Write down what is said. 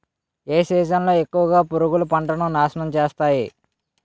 ఏ season లో ఎక్కువుగా పురుగులు పంటను నాశనం చేస్తాయి?